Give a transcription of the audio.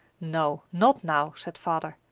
no, not now, said father.